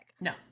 No